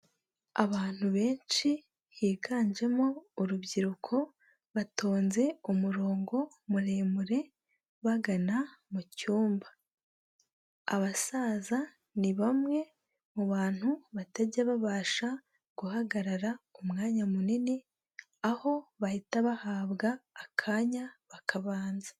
Abantu benshi higanjemo urubyiruko, batonze umurongo muremure bagana mu cyumba. Abasaza ni bamwe mu bantu batajya babasha guhagarara umwanya munini, aho bahita bahabwa akanya bakabanza.